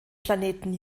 planeten